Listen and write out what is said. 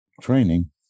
Training